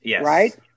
right